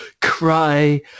cry